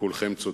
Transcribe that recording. כולכם צודקים.